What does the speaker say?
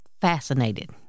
fascinated